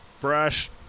brush